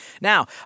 Now